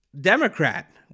Democrat